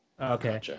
Okay